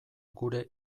gure